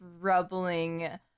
troubling